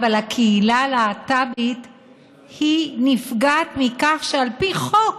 אבל הקהילה הלהט"בית נפגעת מכך שעל פי חוק